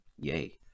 Yay